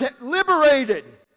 liberated